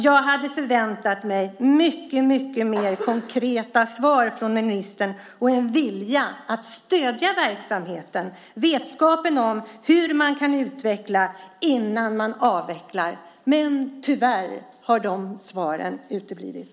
Jag hade förväntat mig mer konkreta svar från ministern och en vilja att stödja verksamheten, det vill säga vetskapen om hur man kan utveckla innan man avvecklar. Men tyvärr har de svaren uteblivit.